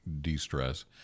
de-stress